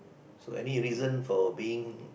so any reason for being